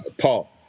Paul